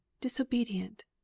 disobedient